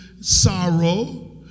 sorrow